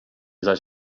zaś